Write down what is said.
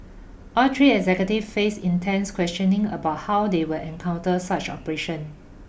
all three executives faced intense questioning about how they will encounter such operations